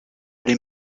les